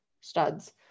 studs